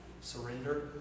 Surrender